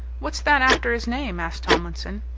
what's that after his name? asked tomlinson.